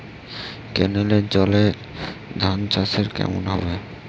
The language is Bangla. কেনেলের জলে ধানচাষ কেমন হবে?